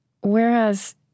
whereas